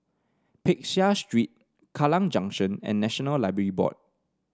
Peck Seah Street Kallang Junction and National Library Board